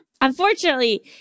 Unfortunately